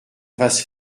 fasse